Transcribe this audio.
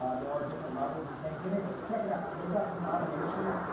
um there are different levels and things but anyways, check it out and they've got some automation.